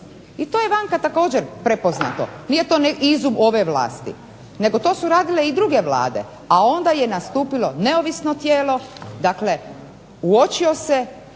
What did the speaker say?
i to je vanka također prepoznato. Nije to izum ove vlasti nego to su radile i druge vlade, a onda je nastupilo neovisno tijelo, dakle uočio se